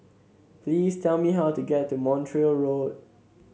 please tell me how to get to Montreal Road